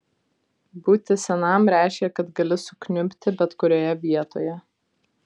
būti senam reiškė kad gali sukniubti bet kurioje vietoje